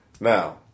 Now